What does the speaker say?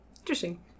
Interesting